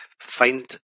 Find